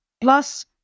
Plus